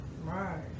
Right